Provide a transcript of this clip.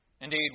Indeed